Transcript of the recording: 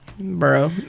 Bro